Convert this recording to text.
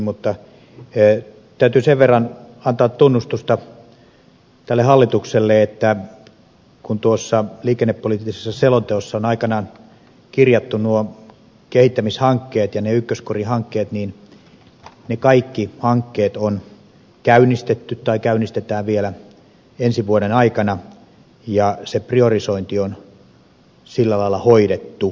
mutta täytyy sen verran antaa tunnustusta tälle hallitukselle että kun tuossa liikennepoliittisessa selonteossa on aikanaan kirjattu nuo kehittämishankkeet ja ne ykköskorihankkeet niin ne kaikki hankkeet on käynnistetty tai käynnistetään vielä ensi vuoden aikana ja se priorisointi on sillä lailla hoidettu